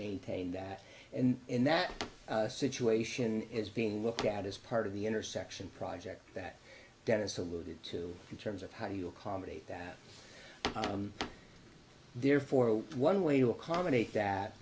maintained that and in that situation is being looked at as part of the intersection project that dennis alluded to in terms of how you accommodate that therefore one way to accommodate that